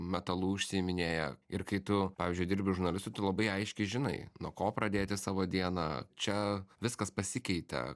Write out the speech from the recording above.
metalu užsiiminėja ir kai tu pavyzdžiui dirbi žurnalistu tu labai aiškiai žinai nuo ko pradėti savo dieną čia viskas pasikeitė